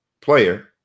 player